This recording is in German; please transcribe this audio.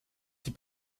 die